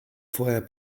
vorher